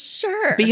sure